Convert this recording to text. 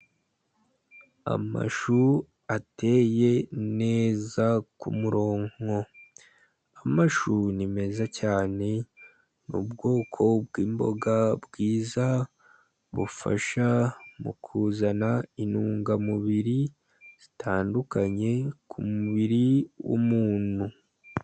Amashu ateye neza kumuronko. Amashu ni meza cyane, ni ubwoko bwimboga bwiza, bufasha mu kuzana intungamubiri zitandukanye mubiri w'umuntu.